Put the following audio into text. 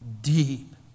deep